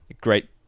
Great